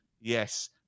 yes